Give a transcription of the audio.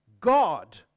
God